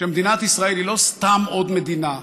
שמדינת ישראל היא לא סתם עוד מדינה,